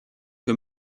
que